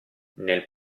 nel